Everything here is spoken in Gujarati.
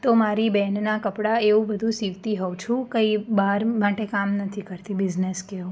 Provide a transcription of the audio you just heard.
તો મારી બહેનનાં કપડાં એવું બધું સીવતી હોઉં છું કંઈ બહાર માટે કામ નથી કરતી બિઝનેસ કે એવું